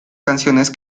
canciones